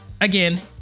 Again